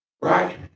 Right